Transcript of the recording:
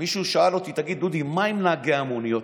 מישהו שאל אותי: תגיד, דודי, מה עם נהגי המוניות?